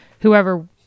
whoever